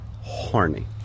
horny